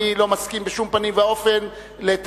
אני לא מסכים בשום פנים ואופן לתעלולי